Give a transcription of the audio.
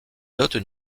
dote